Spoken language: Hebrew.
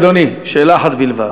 אדוני, שאלה אחת בלבד.